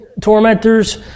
tormentors